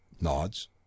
nods